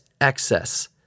excess